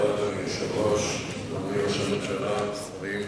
אדוני היושב-ראש, תודה, אדוני ראש הממשלה, השרים,